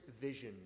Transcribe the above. vision